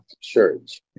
church